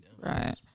right